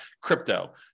crypto